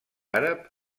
àrab